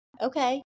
Okay